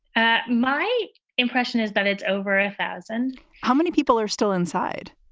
ah my impression is that it's over a thousand how many people are still inside?